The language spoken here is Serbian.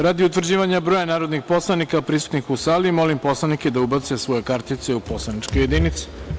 Radi utvrđivanja broja narodnih poslanika prisutnih u sali, molim poslanike da ubace svoje kartice u poslaničke jedinice.